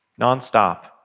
nonstop